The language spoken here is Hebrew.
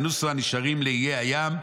וינוסו הנשארים לאיי הים".